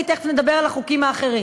כי תכף נדבר על החוקים האחרים.